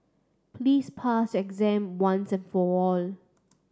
please pass your exam once and for all